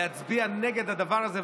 להצביע נגד הדבר הזה,